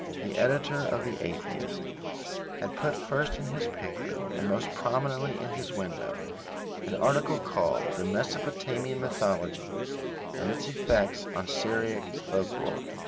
the editor of the atheist had put first in his paper and most prominently in his window an article called the mesopotamian mythology and its effects on syriac folk lore.